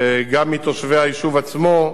גם מתושבי היישוב עצמו,